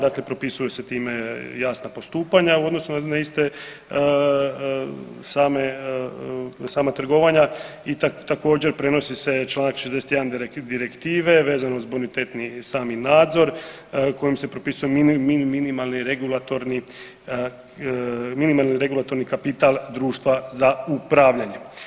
Dakle, propisuju se time jasna postupanja u odnosu na iste sama trgovanja i također prenosi se čl. 61. direktive vezano uz bonitetni sami nadzor kojom se propisuje minimalni regulatorni kapital društva za upravljanje.